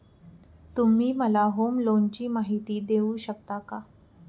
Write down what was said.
तुम्ही मला होम लोनची माहिती देऊ शकता का?